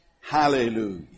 Hallelujah